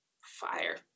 fire